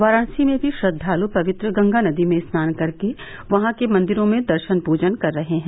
वाराणसी में भी श्रद्वालु पवित्र गंगा नदी में स्नान कर के वहां के मंदिरों में दर्शन पूजन कर रहे हैं